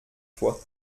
fois